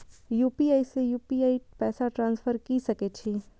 UPI से UPI पैसा transfer की सके छी?